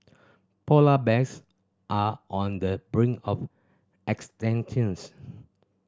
polar bears are on the brink of